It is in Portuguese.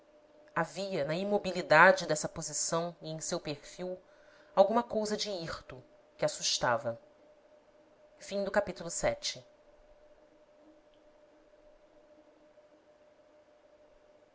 havia na imobilidade dessa posição e em seu perfil alguma cousa de hirto que assustava sucedem se no procedimento de